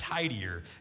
tidier